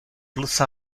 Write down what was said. plus